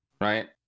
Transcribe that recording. right